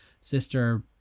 sister